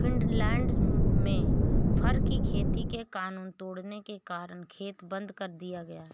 Finland में fur की खेती के कानून तोड़ने के कारण खेत बंद कर दिया गया